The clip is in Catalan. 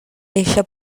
eixa